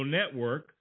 Network